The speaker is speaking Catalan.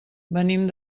venim